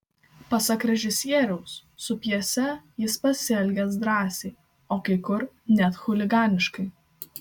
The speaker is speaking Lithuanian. pasak režisieriaus su pjese jis pasielgęs drąsiai o kai kur net chuliganiškai